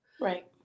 Right